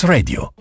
Radio